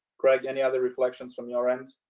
craig, any other reflections from your end?